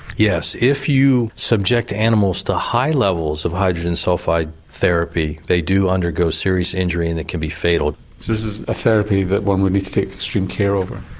yes, if you subject animals to high levels of hydrogen sulphide therapy they do undergo serious injury and it could be fatal. so this is a therapy that one would need to take with extreme care over?